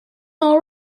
all